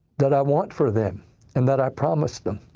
that i want for them and that i promised them.